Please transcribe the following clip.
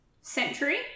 century